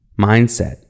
mindset